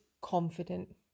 confident